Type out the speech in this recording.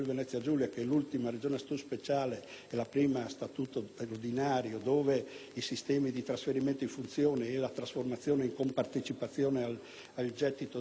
e la prima a Statuto ordinario, dove il sistema di trasferimenti di funzioni, di trasformazione e compartecipazione al gettito dei maggiori tributi è già stato realizzato.